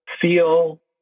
feel